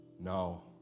No